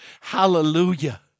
hallelujah